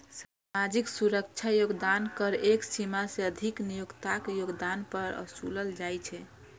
सामाजिक सुरक्षा योगदान कर एक सीमा सं अधिक नियोक्ताक योगदान पर ओसूलल जाइ छै